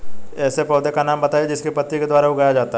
ऐसे पौधे का नाम बताइए जिसको पत्ती के द्वारा उगाया जाता है